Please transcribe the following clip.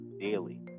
daily